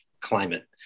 climate